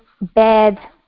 bad